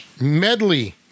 Medley